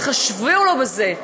יתחשבו לו בזה.